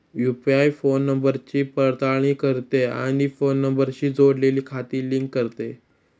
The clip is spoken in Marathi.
यू.पि.आय फोन नंबरची पडताळणी करते आणि फोन नंबरशी जोडलेली खाती लिंक करते